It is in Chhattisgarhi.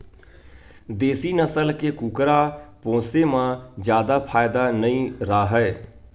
देसी नसल के कुकरा पोसे म जादा फायदा नइ राहय